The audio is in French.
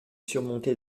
surmontée